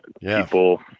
people